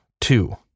two